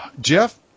Jeff